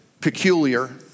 peculiar